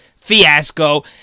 fiasco